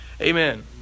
Amen